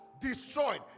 destroyed